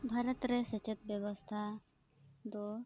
ᱵᱷᱟᱨᱚᱛ ᱨᱮ ᱥᱮᱪᱮᱫ ᱵᱮᱵᱚᱥᱛᱷᱟ ᱫᱚ